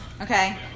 Okay